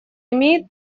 имеет